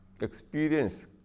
experience